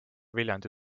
viljandi